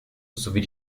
sowie